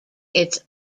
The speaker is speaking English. its